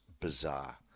bizarre